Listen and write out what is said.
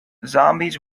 zombies